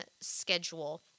schedule